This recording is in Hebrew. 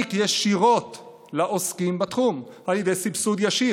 להעניק ישירות לעוסקים בתחום על ידי סבסוד ישיר.